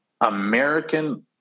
American